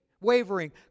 wavering